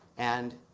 and